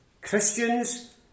Christians